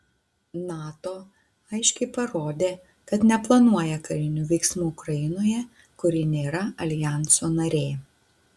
nato aiškiai parodė kad neplanuoja karinių veiksmų ukrainoje kuri nėra aljanso narė